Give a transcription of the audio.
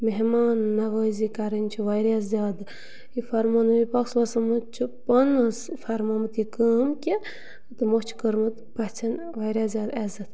مہمان نَوٲزی کَرٕنۍ چھِ واریاہ زیادٕ یہِ فرماو صٲبن چھُ پانَس فرمومُت یہِ کٲم کہِ تِمو چھِ کوٚرمُت پٔژھٮ۪ن واریاہ زیادٕ عزت